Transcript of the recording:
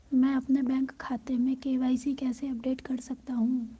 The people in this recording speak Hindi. मैं अपने बैंक खाते में के.वाई.सी कैसे अपडेट कर सकता हूँ?